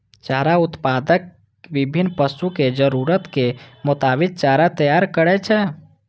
चारा उत्पादक विभिन्न पशुक जरूरतक मोताबिक चारा तैयार करै छै